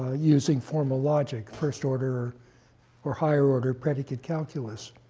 ah using formalogic, first order or higher order predicate calculus.